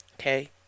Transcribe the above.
Okay